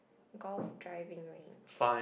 golf driving range